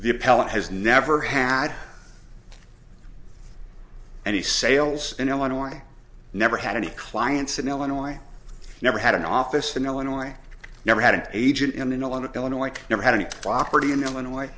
appellant has never had any sales in illinois never had any clients in illinois never had an office in illinois never had an agent in a lot of illinois never had any property in illinois